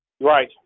Right